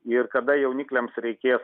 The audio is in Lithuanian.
ir kada jaunikliams reikės